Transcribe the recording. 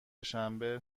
شنبه